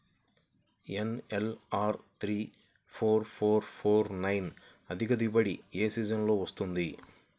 NLR three four four four nine అధిక దిగుబడి ఏ సీజన్లలో వస్తుంది?